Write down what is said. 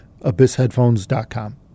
abyssheadphones.com